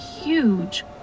huge